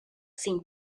seemed